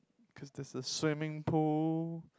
cause there's a swimming pool